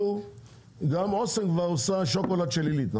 גם אסם כבר עושה שוקולד של עלית.